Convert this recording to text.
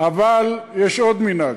אבל יש עוד מנהג,